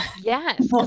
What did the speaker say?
Yes